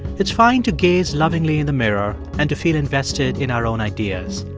it's fine to gaze lovingly in the mirror and to feel invested in our own ideas.